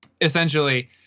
essentially